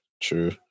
true